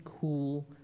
cool